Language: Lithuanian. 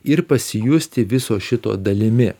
ir pasijusti viso šito dalimi